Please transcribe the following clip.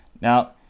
now